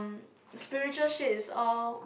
spiritual shit is all